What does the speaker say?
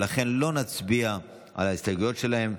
ולכן לא נצביע על ההסתייגויות שלהם,